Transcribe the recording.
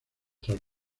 tras